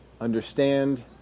understand